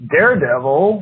Daredevil